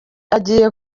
agiye